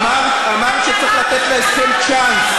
אמרת שצריך לתת להסכם צ'אנס.